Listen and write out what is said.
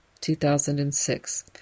2006